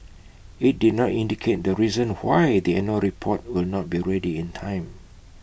IT did not indicate the reason why the annual report will not be ready in time